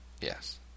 Yes